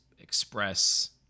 express